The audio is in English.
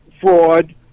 fraud